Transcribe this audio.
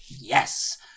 yes